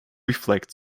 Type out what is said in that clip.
reflect